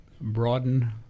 broaden